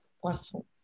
Poisson